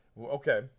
Okay